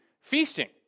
feasting